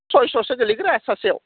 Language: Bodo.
सयस'सो गोग्लैगोन आरो सासेयाव